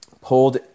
pulled